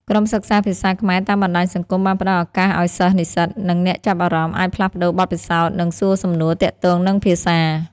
ក្រុមសិក្សាភាសាខ្មែរតាមបណ្តាញសង្គមបានផ្តល់ឱកាសឱ្យសិស្សនិស្សិត និងអ្នកចាប់អារម្មណ៍អាចផ្លាស់ប្តូរបទពិសោធន៍ និងសួរសំណួរទាក់ទងនឹងភាសា។